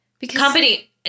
Company